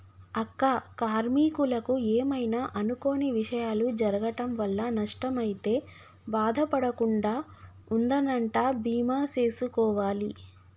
అక్క కార్మీకులకు ఏమైనా అనుకొని విషయాలు జరగటం వల్ల నష్టం అయితే బాధ పడకుండా ఉందనంటా బీమా సేసుకోవాలి